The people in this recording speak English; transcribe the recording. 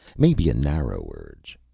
maybe a narrow urge.